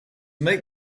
make